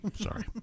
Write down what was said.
Sorry